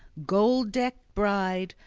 gold-decked bride,